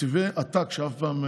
תקציבי עתק שאף פעם,